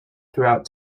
throughout